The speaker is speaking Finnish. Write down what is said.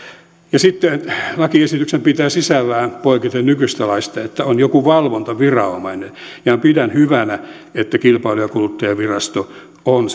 sitten lakiesitys pitää sisällään poiketen nykyisestä laista sen että on joku valvontaviranomainen ja pidän hyvänä että kilpailu ja kuluttajavirasto on